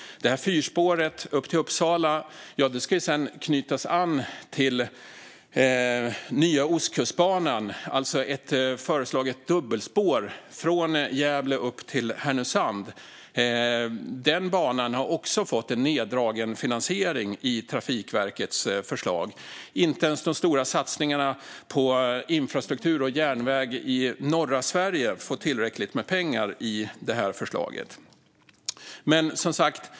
Fyrspåret till Uppsala ska sedan knytas an till nya Ostkustbanan, alltså ett föreslaget dubbelspår från Gävle upp till Härnösand. Den banan har också fått neddragen finansiering i Trafikverkets förslag. Inte ens de stora satsningarna på infrastruktur och järnväg i norra Sverige får tillräckligt med pengar i det här förslaget.